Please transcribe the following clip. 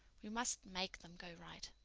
we must make them go right,